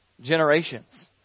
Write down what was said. generations